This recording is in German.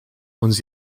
uns